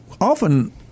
often